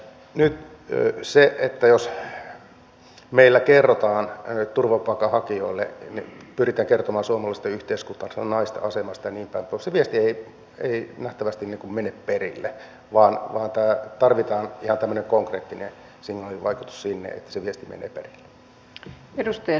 nyt jos meillä kerrotaan turvapaikanhakijoille pyritään kertomaan suomalaisten yhteiskunnasta naisten asemasta ja niinpäin pois se viesti ei nähtävästi mene perille vaan tarvitaan ihan tämmöinen konkreettinen signaalivaikutus sinne että se viesti menee perille